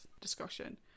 discussion